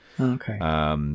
Okay